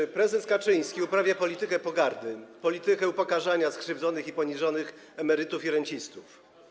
Otóż prezes Kaczyński uprawia politykę pogardy, politykę upokarzania skrzywdzonych i poniżonych emerytów i rencistów.